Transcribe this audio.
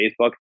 Facebook